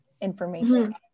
information